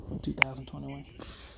2021